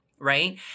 right